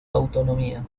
autonomía